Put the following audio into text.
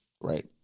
Right